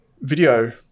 video